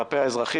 כלפי האזרחים.